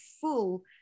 full